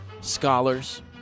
scholars